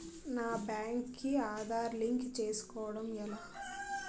నా బ్యాంక్ కి ఆధార్ లింక్ చేసుకోవడం ఎలా?